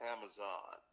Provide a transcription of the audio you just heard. Amazon